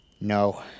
No